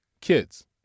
kids